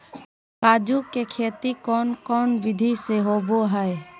काजू के खेती कौन कौन विधि से होबो हय?